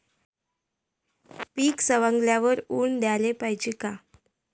पीक सवंगल्यावर ऊन द्याले पायजे का?